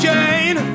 Jane